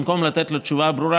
במקום לתת לו תשובה ברורה,